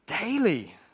Daily